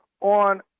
on